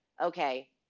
okay